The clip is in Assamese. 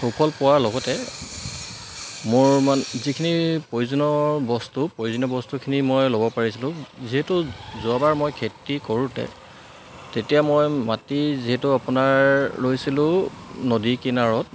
সুফল পোৱাৰ লগতে মোৰ মানে যিখিনি প্ৰয়োজনীয় বস্তু প্ৰয়োজনীয় বস্তুখিনি মই ল'ব পাৰিছিলোঁ যিহেতু যোৱাবাৰ মই খেতি কৰোঁতে তেতিয়া মই মাটি যিহেতু আপোনাৰ লৈছিলোঁ নদীৰ কিনাৰত